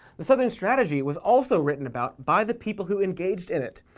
the southern strategy was also written about by the people who engaged in it.